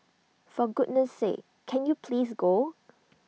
for goodness sake can you please go